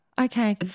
Okay